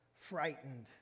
frightened